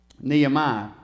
Nehemiah